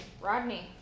Rodney